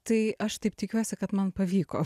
tai aš taip tikiuosi kad man pavyko